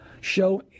show